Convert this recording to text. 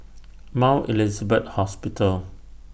Mount Elizabeth Hospital